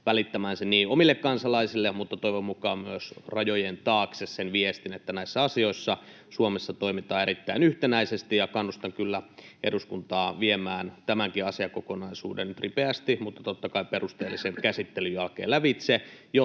välittämään niin omille kansalaisille kuin toivon mukaan myös rajojen taakse sen viestin, että näissä asioissa Suomessa toimitaan erittäin yhtenäisesti. Kannustan kyllä eduskuntaa viemään tämänkin asiakokonaisuuden ripeästi mutta totta kai perusteellisen käsittelyn jälkeen lävitse,